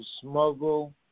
smuggle